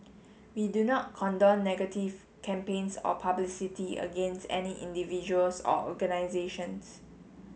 we do not condone negative campaigns or publicity against any individuals or organisations